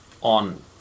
on